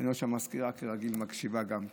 ואני רואה שהמזכירה כרגיל מקשיבה גם כן.